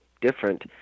different